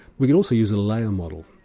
we could also use a layer model,